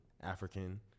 African